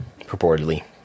purportedly